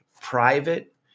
private